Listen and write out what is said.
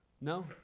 No